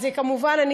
אז כמובן,